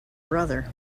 brother